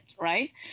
right